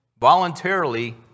Voluntarily